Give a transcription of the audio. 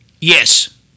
yes